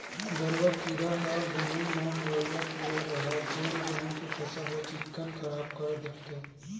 गरुआ कीरा ह गहूँ म होवइया कीरा हरय जेन गेहू के फसल ल चिक्कन खराब कर डरथे